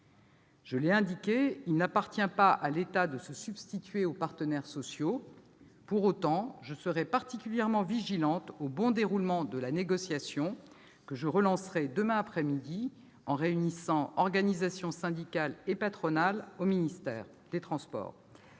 Je l'ai indiqué, il n'appartient pas à l'État de se substituer aux partenaires sociaux ; pour autant, je serai particulièrement vigilante au bon déroulement de la négociation, que je relancerai, demain après-midi, en réunissant organisations syndicales et patronales au ministère des transports.